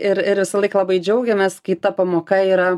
ir ir visąlaik labai džiaugiamės kai ta pamoka yra